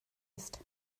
ist